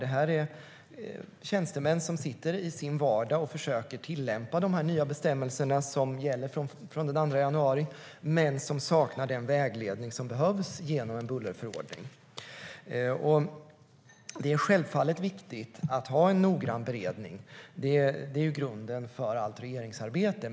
Där sitter tjänstemän i sin vardag och försöker tillämpa de nya bestämmelser som gäller från den 2 januari, men de saknar den vägledning som behövs genom en bullerförordning. Det är självfallet viktigt att ha en noggrann beredning. Det är grunden för allt regeringsarbete.